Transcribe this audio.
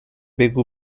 بگو